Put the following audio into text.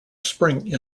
spring